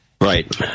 Right